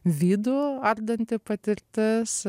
vidų ardanti patirtis